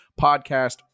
podcast